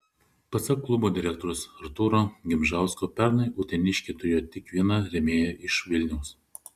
pasak klubo direktoriaus artūro gimžausko pernai uteniškiai turėjo tik vieną rėmėją iš vilniaus